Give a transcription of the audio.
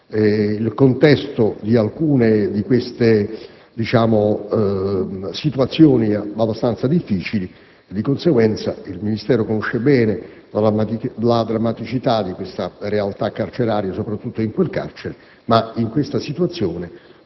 il contesto di alcune di queste situazioni è abbastanza difficile. Di conseguenza, il Ministero conosce bene la drammaticità di tale realtà, soprattutto in quel carcere. In questa situazione